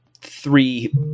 three